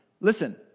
Listen